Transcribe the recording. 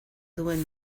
duen